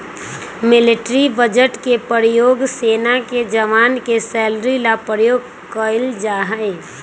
military budget के प्रयोग सेना के जवान के सैलरी ला प्रयोग कइल जाहई